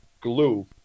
glue